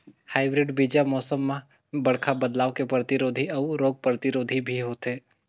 hybrid बीज ल मौसम में बड़खा बदलाव के प्रतिरोधी अऊ रोग प्रतिरोधी भी होथे